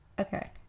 Okay